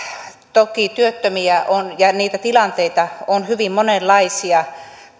toki työttömiä on ja niitä tilanteita on hyvin monenlaisia